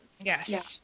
Yes